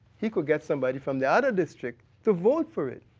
he could get somebody from the other district to vote for it,